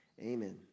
Amen